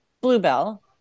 bluebell